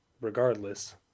Regardless